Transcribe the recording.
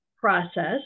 process